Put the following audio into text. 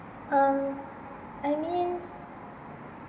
um I mean